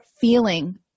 feeling